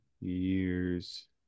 Year's